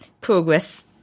progress